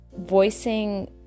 voicing